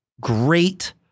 great